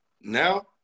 now